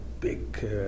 Big